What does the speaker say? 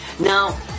Now